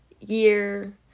year